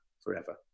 forever